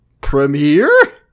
premiere